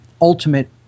ultimate